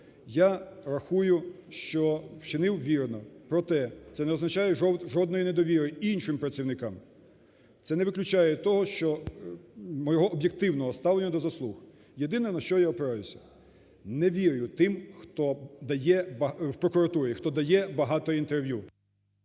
Я рахую, що вчинив вірно. Проте це не означає жодної недовіри іншим працівникам. Це не виключає того, що… мого об'єктивного ставлення до заслуг. Єдине, на що я опираюся: не вірю тим в прокуратурі, хто дає багато інтерв'ю.